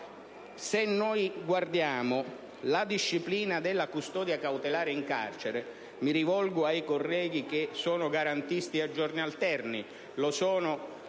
reato. Guardiamo alla disciplina della custodia cautelare in carcere, e mi rivolgo ai colleghi che sono garantisti a giorni alterni,